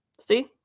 See